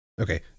Okay